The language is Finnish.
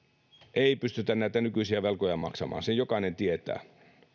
ei pystytä näitä nykyisiä velkoja maksamaan sen jokainen tietää